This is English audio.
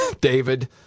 David